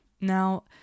Now